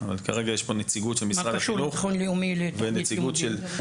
מה קשור ביטחון לאומי לתוכנית לימודים?